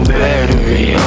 battery